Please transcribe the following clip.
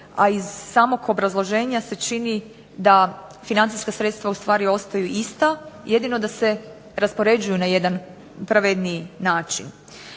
a iz samog obrazloženja se čini da financijska sredstva ustvari ostaju ista, jedino da se raspoređuju na jedan pravedniji način.